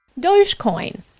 Dogecoin